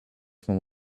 from